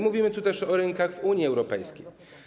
Mówimy tu też o rynkach w Unii Europejskiej.